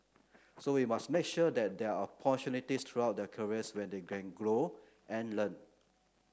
so we must make sure that there are opportunities throughout their careers when they can grow and learn